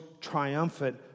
triumphant